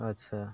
ᱟᱪᱷᱟ